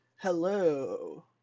Hello